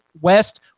West